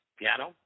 piano